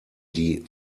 die